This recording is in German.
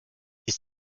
ist